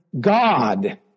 God